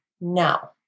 now